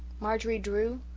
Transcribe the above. marjorie drew?